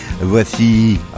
Voici